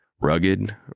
Rugged